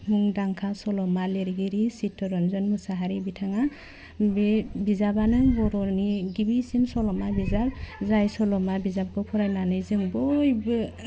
मुंदांखा सल'मा लिरगिरि चित्तरन्जन मुसाहारि बिथाङा बि बिजाबानो बर'नि गिबिसिन सल'मा बिजाब जाय सल'मा बिजाबखौ फरायनानै जों बयबो